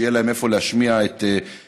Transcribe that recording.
שיהיה להם איפה להשמיע את קולם.